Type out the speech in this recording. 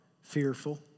fearful